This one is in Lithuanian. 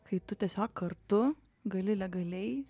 kai tu tiesiog kartu gali legaliai